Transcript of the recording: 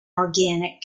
organic